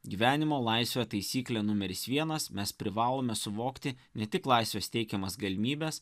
gyvenimo laisvė taisyklė numeris vienas mes privalome suvokti ne tik laisvės teikiamas galimybes